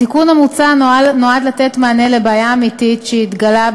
התיקון המוצע נועד לתת מענה לבעיה אמיתית שהתגלתה,